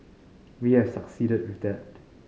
we have succeeded with that